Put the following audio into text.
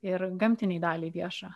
ir gamtinei daliai vieša